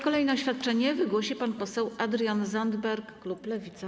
Kolejne oświadczanie wygłosi pan poseł Adrian Zandberg, klub Lewica.